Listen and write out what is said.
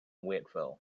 waiteville